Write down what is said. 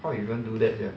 how you even do that sia